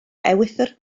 ewythr